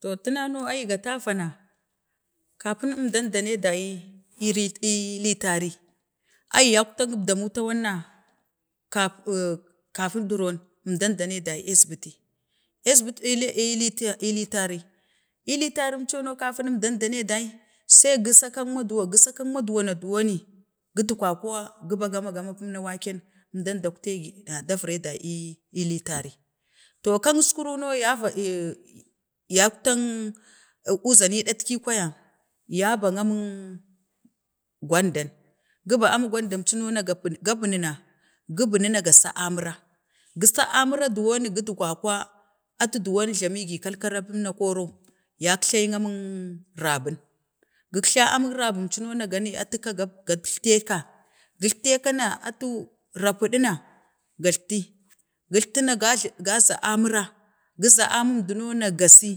To Tuna no ai ga tavana, kafin əmdan danai dayi, eeli, litari, ai yattak əbdamu tawan na kap, oo kap doron ənnan danai dai asbiti, asbiti, ee litari, ee litarin en no katin əmdan denai dai, sai gu sau kaak maduwa gəsau kak madawa na dowani, gədgwa kwan kəban gama, gama bin waken əmdan den taktegi da viri dai ii, ii litari, to kang əskuru no ya vi ii, tak teeng, kuzaki eɗatki kwaya, ya bang amin gwandan, gəban amik gwandon cuna na gabu, gabuni na, gəbunu na ga sec aminnu, pura, gəsa aminu kg, dowan gitgokwa, atu do wan gla mugi kakkala pumna, koro yak laying amign rabin, gikja amik rabim cu no ha, ga ne atu ka gast teeka, gest teeka na atu rappu da na, gatti, gasttina zai aminra guza amina duno no, ga see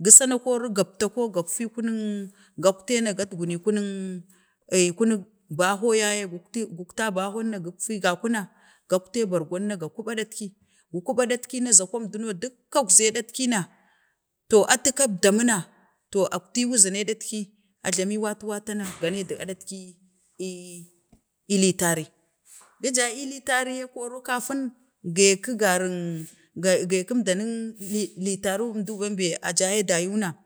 gəsana koro gapti gaffi kunəng, gaktee na get gum kuneng, ee kuneng bahoo ya yi gukta bahonna, goffi ga kuna, gaktee bargon na ga kuɓe datki, gə ku ɓee datki na zakuwun duno, dukka əkzee datki na to atu kab da muna, to əkti wuzini datki a jlami wata wata na gane du aɗatki ii tt, litari, gəja ii litari yee, koro katin, geki garung, gekin əmdaneng, li-litarun, əmdu bembe a jaya gi, yu na